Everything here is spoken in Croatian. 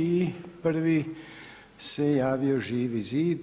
I prvi se javio Živi zid